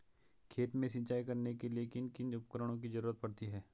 खेत में सिंचाई करने के लिए किन किन उपकरणों की जरूरत पड़ती है?